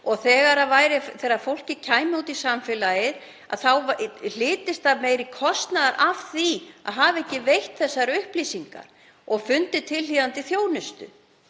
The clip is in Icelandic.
Þegar fólkið kæmi út í samfélagið þá hlytist meiri kostnaður af því að hafa ekki veitt þessar upplýsingar og geta fundið tilhlýðandi þjónustu.